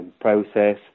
process